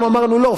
אנחנו אמרנו: לא.